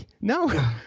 no